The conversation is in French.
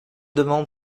demandes